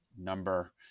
number